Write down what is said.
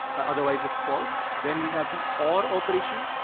otherwise it's false. then we have the or operation.